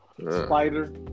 Spider